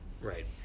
Right